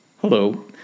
Hello